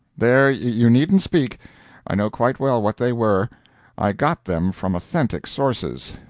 there you needn't speak i know quite well what they were i got them from authentic sources.